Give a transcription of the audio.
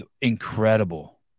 Incredible